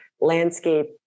landscape